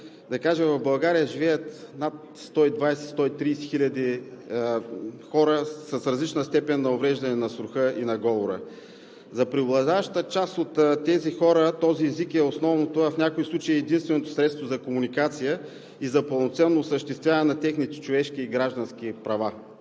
в България живеят над 120 – 130 хиляди хора с различна степен на увреждане на слуха и говора. За преобладаващата част от тези хора този език е основното, а в някои случаи и единственото средство за комуникация и за пълноценно осъществяване на техните човешки и граждански права.